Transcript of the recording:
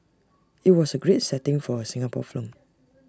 IT was A great setting for A Singapore film